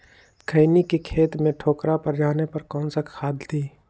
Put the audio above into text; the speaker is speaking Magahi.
खैनी के खेत में ठोकरा पर जाने पर कौन सा खाद दी?